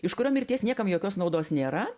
iš kurio mirties niekam jokios naudos nėra